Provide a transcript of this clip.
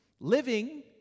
living